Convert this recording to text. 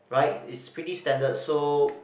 right is pretty standard so